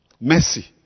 Mercy